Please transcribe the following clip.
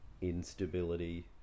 instability